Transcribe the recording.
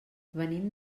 venim